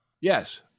yes